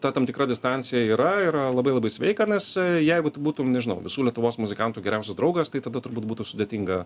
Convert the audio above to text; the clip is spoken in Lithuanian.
ta tam tikra distancija yra yra labai labai sveika nes jeigu tu būtum nežinau visų lietuvos muzikantų geriausias draugas tai tada turbūt būtų sudėtinga